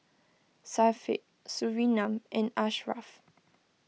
Syafiq Surinam and Ashraff